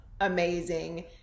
amazing